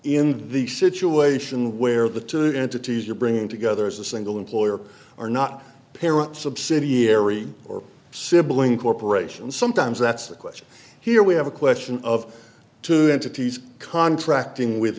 in the situation where the two entities are bringing together as a single employer or not parent subsidiary or sibling corporation sometimes that's a question here we have a question of two entities contracting with